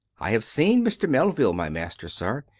i have seen mr, melville, my master, sir.